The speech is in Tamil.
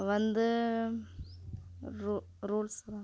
வந்து ரூ ரூல்ஸ்லாம்